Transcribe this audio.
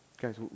Guys